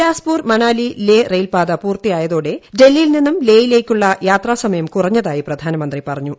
ബിലാസ്പൂർ മണാലി ലേ റെയിൽപാത പൂർത്തിയായതോടെ ഡൽഹിയിൽ നിന്നും ലേ യിലേക്കുള്ള യാത്രാ സമയം കുറഞ്ഞതായി പ്രധാനമന്ത്രി പറഞ്ഞു